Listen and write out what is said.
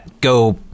go